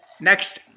Next